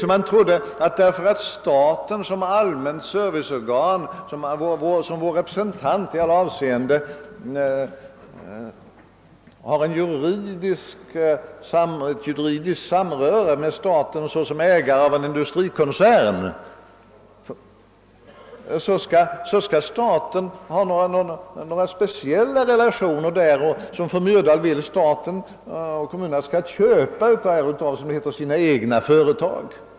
Man menar att eftersom staten i egenskap av allmänt serviceorgan och vår representant i alla avseenden har ett juridiskt samröre med staten som ägare av en industrikoncern, så finns det alldeles speciella relationer i ett sådant fall. Därför vill fru Myrdal och andra att staten och kommunerna skall köpa av sina egna företag, som det heter.